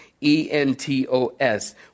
E-N-T-O-S